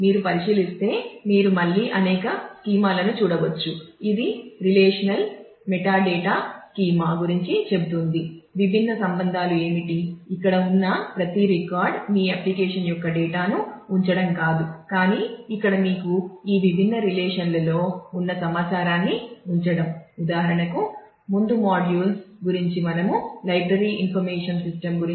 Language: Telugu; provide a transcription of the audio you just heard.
మీరు పరిశీలిస్తే మీరు మళ్ళీ అనేక స్కీమా గురించి మాట్లాడుకున్నాము